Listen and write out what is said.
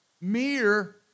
Mere